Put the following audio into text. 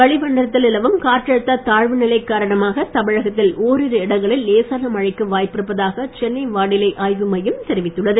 வளிமண்டலத்தில் நிலவும் காற்றழுத்தத் தாழ்வு நிலை காரணமாக தமிழகத்தில் ஒரிரு இடங்களில் லேசான மழைக்கு வாய்ப்பிருப்பதாக சென்னை வானிலை ஆய்வு மையம் தெரிவித்துள்ளது